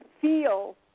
feel